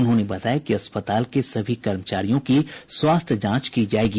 उन्होंने बताया कि अस्पताल के सभी कर्मचारियों की स्वास्थ्य जांच की जाएगी